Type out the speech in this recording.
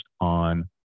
on